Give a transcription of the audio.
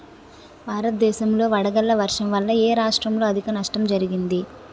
భారతదేశం లో వడగళ్ల వర్షం వల్ల ఎ రాష్ట్రంలో అధిక నష్టం జరిగింది?